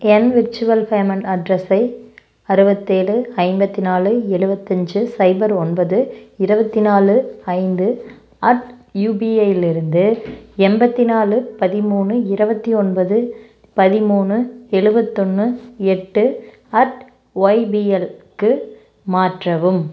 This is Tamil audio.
என் விர்ச்சுவல் பேமெண்ட் அட்ரஸை அறுவத்தேழு ஐம்பத்தி நாலு எழுவத்தஞ்சி சைபர் ஒன்பது இருவத்தி நாலு ஐந்து அட் யுபிஐலிருந்து எண்பத்தி நாலு பதிமூணு இருவத்தி ஒன்பது பதிமூணு எழுவத்தொன்னு எட்டு அட் ஒய்பிஎல்க்கு மாற்றவும்